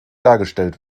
dargestellt